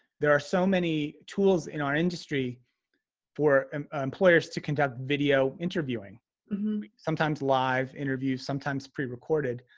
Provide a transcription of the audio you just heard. there are so many tools in our industry for and ah employers to conduct video interviewing sometimes live interview sometimes pre-recorded.